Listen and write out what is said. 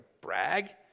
brag